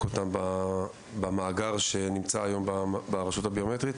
אותם במאגר שנמצא היום ברשות הביומטרית,